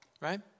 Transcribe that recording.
right